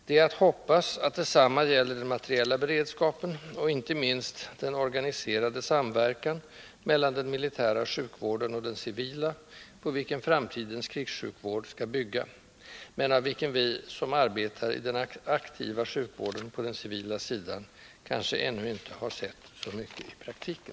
Det är att hoppas att detsamma gäller den materiella beredskapen och inte minst den organiserade samverkan mellan den militära sjukvården och den civila, på vilken framtidens krigssjukvård skall bygga men av vilken vi som arbetar i den aktiva sjukvården på den civila sidan kanske ännu inte har sett så mycket i praktiken.